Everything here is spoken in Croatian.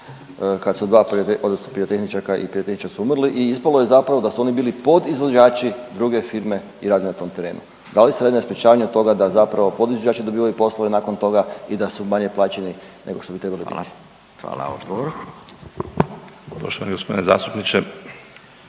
odnosno pirotehničarka i pirotehničar su umrli i ispalo je zapravo da su oni bili podizvođači druge firme i radili na tom terenu. Da li se radi na sprječavanju toga da zapravo podizvođači dobivaju poslove nakon toga i da su manje plaćeni nego što bi trebali biti. **Radin, Furio